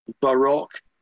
baroque